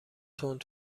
تند